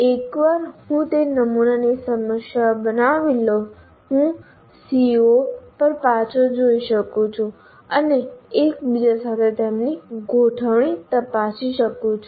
એકવાર હું તે નમૂનાની સમસ્યાઓ બનાવી લઉં હું CO પર પાછું જોઈ શકું છું અને એકબીજા સાથે તેમની ગોઠવણી તપાસી શકું છું